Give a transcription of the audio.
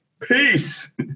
Peace